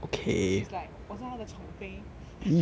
she's like 我是她的宠妃